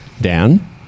Dan